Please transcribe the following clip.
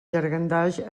llangardaix